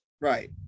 Right